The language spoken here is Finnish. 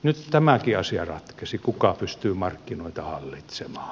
nyt tämäkin asia ratkesi kuka pystyy markkinoita hallitsemaan